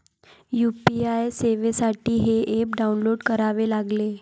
UPI सेवेसाठी हे app download करावे लागेल